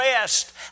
rest